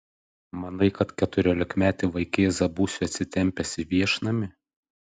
manai kad keturiolikmetį vaikėzą būsiu atsitempęs į viešnamį